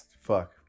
Fuck